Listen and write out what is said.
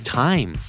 time